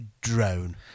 drone